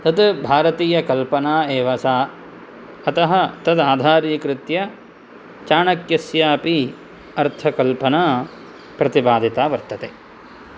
तत् भारतीयकल्पना एव सा अतः तद् आधारीकृत्य चाणक्यस्यापि अर्थकल्पना प्रतिपादिता वर्तते